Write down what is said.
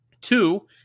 Two